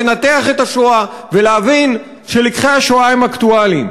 לנתח את השואה ולהבין שלקחי השואה הם אקטואליים.